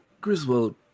Griswold